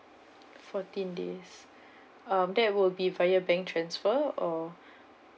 fourteen days um that will be via bank transfer or